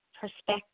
perspective